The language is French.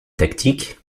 tactique